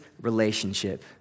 relationship